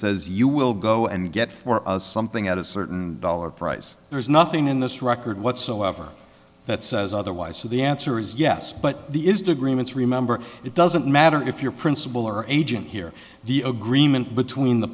says you will go and get for something at a certain dollar price there's nothing in this record whatsoever that says otherwise so the answer is yes but the is degree misremember it doesn't matter if you're principal or agent here the agreement between the